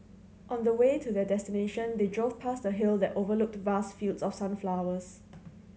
on the way to their destination they drove past a hill that overlooked vast fields of sunflowers